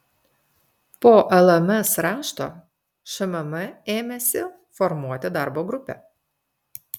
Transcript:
po lms rašto šmm ėmėsi formuoti darbo grupę